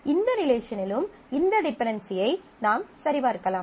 இந்த ரிலேஷனிலும் இந்த டிபென்டென்சியை நாம் சரிபார்க்கலாம்